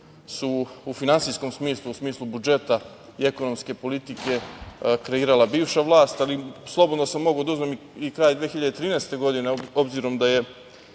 su u finansijskom smislu u smislu budžeta i ekonomske politike kreirala bivša vlast ali slobodno sam mogao da uzmem i kraj 2013. godine, obzirom da je